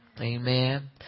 Amen